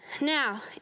Now